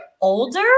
older